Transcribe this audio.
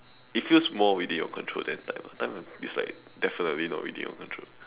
it feels more within your control than time time ah time is like definitely not within your control